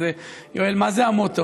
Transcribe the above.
אז יואל, מה זה המוטו?